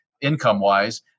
income-wise